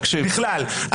בכלל.